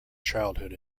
childhood